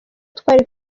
twari